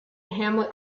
hamlet